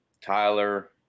Tyler